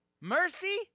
mercy